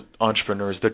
entrepreneurs